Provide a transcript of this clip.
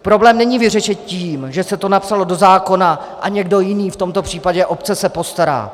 Problém není vyřešen tím, že se to napsalo do zákona a někdo jiný, v tomto případě obce, se postará.